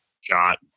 shot